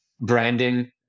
Branding